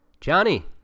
Johnny